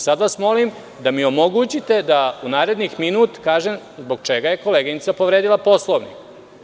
Sada vas molim da mi omogućite da u narednom minutu kažem zbog čega je koleginica povredila Poslovnik.